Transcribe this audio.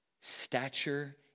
stature